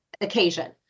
occasion